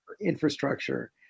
infrastructure